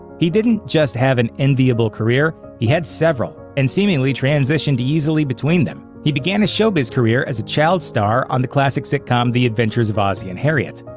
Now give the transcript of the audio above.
he didn't just have an enviable career he had several, and seemingly transitioned easily between them. he began his showbiz career as a child star on the classic sitcom the adventures of ozzie and harriet,